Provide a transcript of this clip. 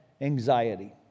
anxiety